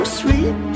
sweet